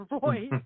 voice